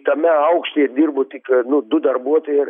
tame aukštyje dirbo tik nu du darbuotojai ir